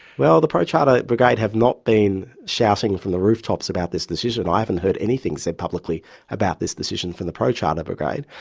well the pro-charter brigade have not been shouting from the rooftops about this decision. i haven't heard anything said publicly about this decision from the pro-charter brigade.